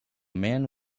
man